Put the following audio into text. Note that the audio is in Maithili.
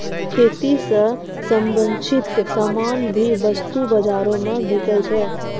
खेती स संबंछित सामान भी वस्तु बाजारो म बिकै छै